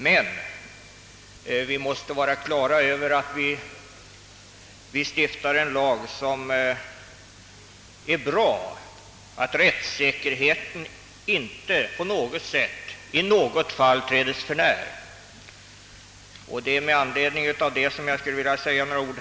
Men vi måste vara förvissade om att den lag vi stiftar verkligen är bra och att rättssäkerheten inte i något fall trädes förnär. Detta är anledningen till att jag nu vill säga några ord.